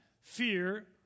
fear